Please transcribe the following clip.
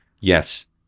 yes